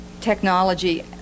technology